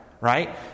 right